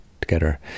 together